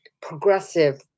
progressive